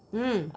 hmm